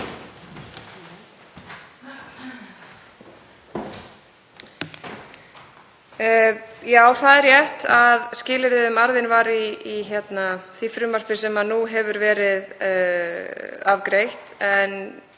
Já, það er rétt að skilyrði um arðinn var í því frumvarpi sem nú hefur verið afgreitt